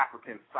African